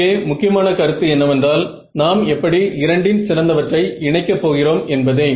இங்கே முக்கியமான கருத்து என்னவென்றால் நாம் எப்படி இரண்டின் சிறந்தவற்றை இணைக்க போகிறோம் என்பதே